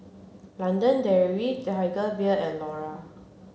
London Dairy Tiger Beer and Iora